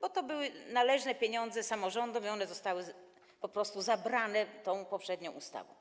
bo to były pieniądze należne samorządom i one zostały po prostu zabrane tą poprzednią ustawą.